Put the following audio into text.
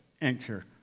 enter